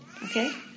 okay